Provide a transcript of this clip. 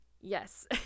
Yes